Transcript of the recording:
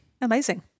amazing